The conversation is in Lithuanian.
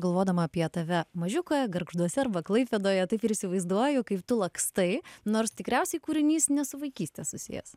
galvodama apie tave mažiuką gargžduose arba klaipėdoje taip ir įsivaizduoju kaip tu lakstai nors tikriausiai kūrinys ne su vaikyste susijęs